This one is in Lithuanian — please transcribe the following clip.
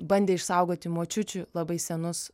bandė išsaugoti močiučių labai senus